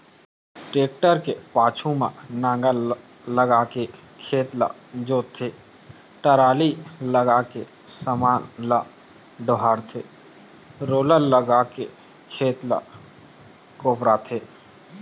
tractor के पाछू म नांगर लगाके खेत ल जोतथे, टराली लगाके समान ल डोहारथे रोलर लगाके खेत ल कोपराथे